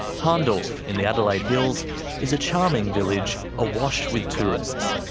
hahndorf in the adelaide hills is a charming village awash with tourists.